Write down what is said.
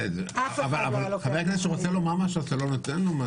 אבל חבר כנסת שרוצה לומר משהו, אתה לא נותן לו?